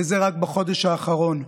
וזה רק בחודש האחרון.